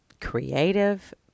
creative